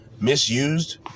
misused